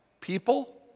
people